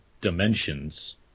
dimensions